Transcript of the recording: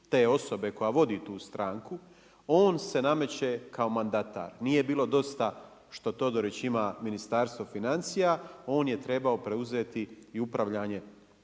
te osobe koja vodi tu stranku, on se nameće kao mandatar. Nije bilo dosta što Todorić ima Ministarstvo financija, on je trebao preuzeti i upravljanje